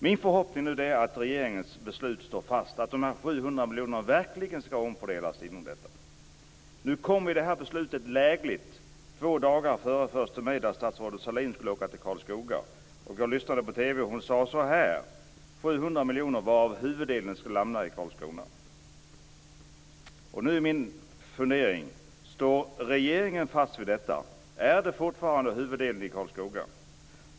Min förhoppning nu är att regeringens beslut står fast och att de 700 miljonerna verkligen omfördelas inom detta område. Beslutet kom lägligt två dagar före första maj, då statsrådet Sahlin skulle åka till Karlskoga. Jag lyssnade på TV och hörde att hon talade om 700 miljoner, varav huvuddelen skulle hamna i Karlskoga. Är det fortfarande tänkt att huvuddelen skall hamna i Karlskoga?